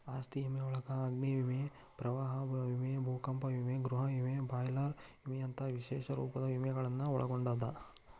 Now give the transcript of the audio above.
ಆಸ್ತಿ ವಿಮೆಯೊಳಗ ಅಗ್ನಿ ವಿಮೆ ಪ್ರವಾಹ ವಿಮೆ ಭೂಕಂಪ ವಿಮೆ ಗೃಹ ವಿಮೆ ಬಾಯ್ಲರ್ ವಿಮೆಯಂತ ವಿಶೇಷ ರೂಪದ ವಿಮೆಗಳನ್ನ ಒಳಗೊಂಡದ